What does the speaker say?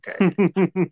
okay